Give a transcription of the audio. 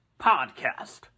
Podcast